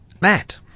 Matt